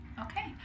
Okay